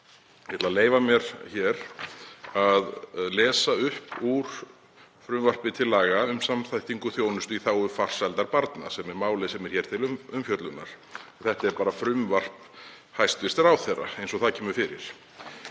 Ég ætla að leyfa mér að lesa upp úr frumvarpi til laga um samþættingu þjónustu í þágu farsældar barna, sem er málið sem er hér til umfjöllunar. Þetta er frumvarp hæstv. ráðherra eins og það kemur fyrir.